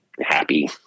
happy